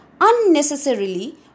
unnecessarily